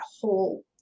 whole